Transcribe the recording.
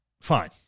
fine